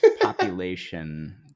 population